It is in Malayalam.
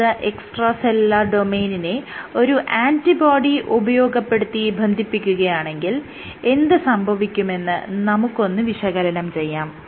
പ്രസ്തുത എക്സ്ട്രാ സെല്ലുലാർ ഡൊമെയ്നിനെ ഒരു ആന്റിബോഡി ഉപയോഗപ്പെടുത്തി ബന്ധിപ്പിക്കുകയാണെങ്കിൽ എന്ത് സംഭവിക്കുമെന്ന് നമുക്കൊന്ന് വിശകലനം ചെയ്യാം